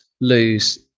lose